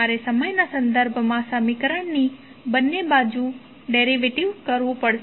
તમારે સમયના સંદર્ભમાં સમીકરણની બંને બાજુ ડેરિવેટિવ કરવું પડશે